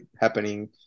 happening